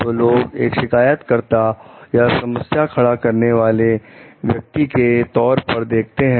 तो लोग एक शिकायत करता या समस्या खड़ा करने वाले व्यक्ति के तौर पर देखते हैं